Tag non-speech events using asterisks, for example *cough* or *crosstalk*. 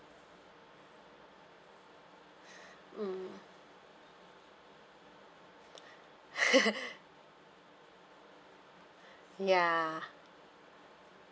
mm *laughs* ya